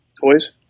toys